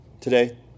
today